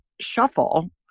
shuffle